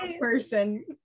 person